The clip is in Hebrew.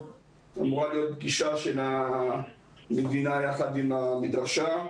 אמורה להיות פגישה של המדינה יחד עם המדרשה.